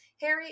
Harry